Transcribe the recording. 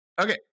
Okay